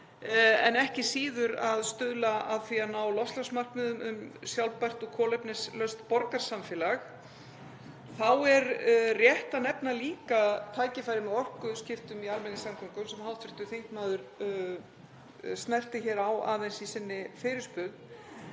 en ekki síður að stuðla að því að ná loftslagsmarkmiðum um sjálfbært kolefnislaust borgarsamfélag. Þá er rétt að nefna líka tækifæri með orkuskiptum í almenningssamgöngum sem hv. þingmaður snerti aðeins á í sinni fyrirspurn.